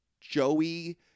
joey